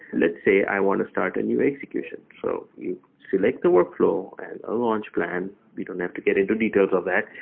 let's say i want to start a new execution. so you select the workflow and a launch plan. we don't have to get into details of that,